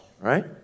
right